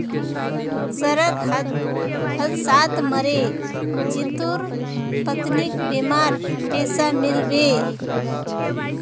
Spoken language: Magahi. सड़क हादसात मरे जितुर पत्नीक बीमार पैसा मिल बे